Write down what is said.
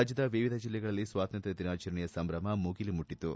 ರಾಜ್ಯದ ವಿವಿಧ ಜಿಲ್ಲೆಗಳಲ್ಲಿ ಸ್ವಾತಂತ್ರ್ಯ ದಿನಾಚರಣೆಯ ಸಂಭ್ರಮ ಮುಗಿಲು ಮುಟ್ಟತು